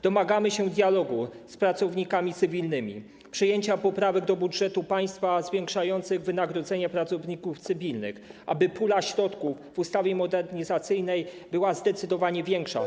Domagamy się dialogu z pracownikami cywilnymi, przyjęcia poprawek do budżetu państwa zwiększających wynagrodzenie pracowników cywilnych, aby pula środków w ustawie modernizacyjnej była zdecydowanie większa.